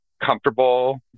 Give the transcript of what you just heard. comfortable